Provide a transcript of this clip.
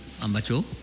ambacho